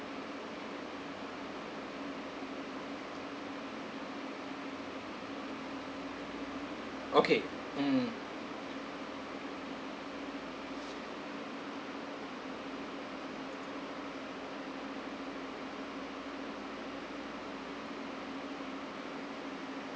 okay mm